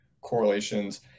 correlations